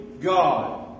God